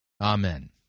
Amen